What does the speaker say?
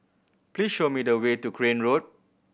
please show me the way to Crane Road